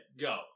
go